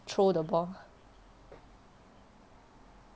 throw the ball